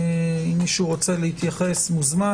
אם מישהו רוצה להתייחס מוזמן.